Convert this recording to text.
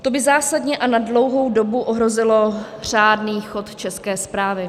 To by zásadně a na dlouhou dobu ohrozilo řádný chod České správy...